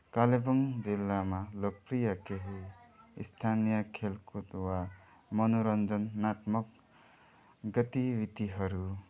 कालिम्पोङ जिल्लामा लोकप्रिय केही स्थानीय खेलकुद वा मनोरञ्जनात्मक गतिविधिहरू